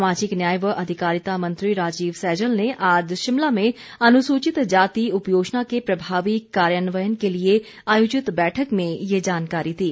सामाजिक न्याय व अधिकारिता मंत्री राजीव सैजल ने आज शिमला में अनुसूचित जाति उपयोजना के प्रभावी कार्यान्वयन के लिए आयोजित बैठक में ये जानकारी दी